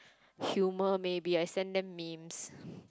humour maybe I send them memes